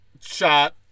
shot